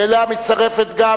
שאליה מצטרפת גם